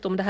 fram.